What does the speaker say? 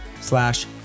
slash